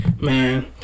man